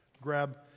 grab